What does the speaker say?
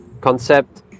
concept